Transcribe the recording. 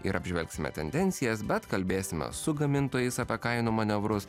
ir apžvelgsime tendencijas bet kalbėsime su gamintojais apie kainų manevrus